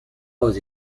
aux